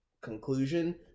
conclusion